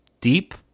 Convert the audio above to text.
deep